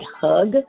hug